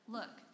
Look